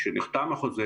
כשנחתם החוזה